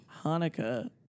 Hanukkah